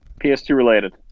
PS2-related